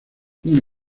una